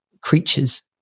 creatures